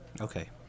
Okay